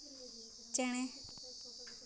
ᱪᱮᱬᱮ